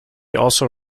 also